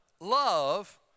love